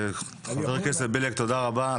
חבר הכנסת בליאק תודה רבה.